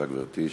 בבקשה, גברתי.